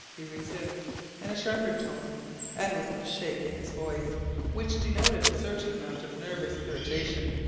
he resumed in a sharper tone and with a shake in his voice which denoted a certain amount of nervous irritation,